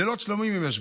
לילות שלמים הם ישבו,